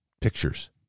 pictures